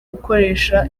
gukoresha